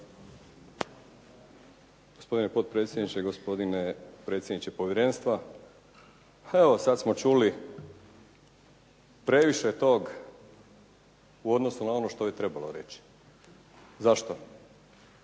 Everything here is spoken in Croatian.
Gospodine potpredsjedniče, gospodine predsjedniče povjerenstva. Evo sada smo čuli previše toga u odnosu na ono što je trebalo reći. Zašto?